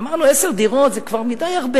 אמרנו: עשר דירות זה כבר הרבה